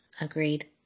Agreed